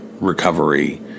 recovery